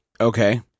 Okay